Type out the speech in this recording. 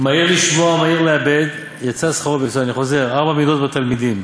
"מהיר לשמוע ומהיר לאבד" אני חוזר: "ארבע מידות בתלמידים: